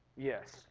Yes